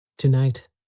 Tonight